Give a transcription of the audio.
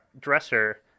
dresser